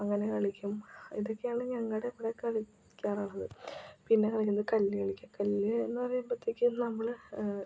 അങ്ങനെ കളിക്കും ഇതൊക്കെയാണ് ഞങ്ങളിവിടെ കളിക്കാറുള്ളത് പിന്നെ ഒരു കല്ലു കളിക്കും കല്ലുകളിയെന്നു പറയുമ്പത്തേക്ക് നമ്മൾ